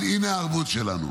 אז הינה הערבות שלנו.